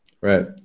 right